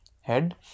head